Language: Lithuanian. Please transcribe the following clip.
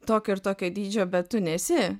tokio ir tokio dydžio bet tu nesi